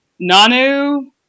Nanu